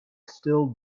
still